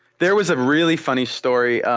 there was a really funny story.